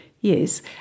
Yes